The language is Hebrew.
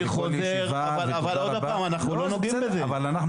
אני חוזר אבל אנחנו לא